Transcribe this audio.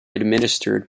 administered